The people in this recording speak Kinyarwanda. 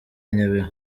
nyabihu